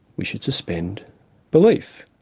we should suspend belief,